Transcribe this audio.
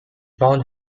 found